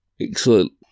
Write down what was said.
Excellent